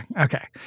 Okay